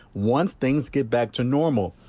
once things get back to normal.